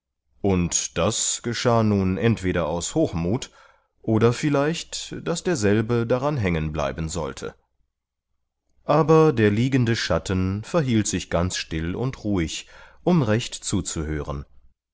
und das geschah nun entweder aus hochmut oder vielleicht daß derselbe daran hängen bleiben sollte aber der liegende schatten verhielt sich ganz still und ruhig um recht zuzuhören